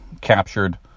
captured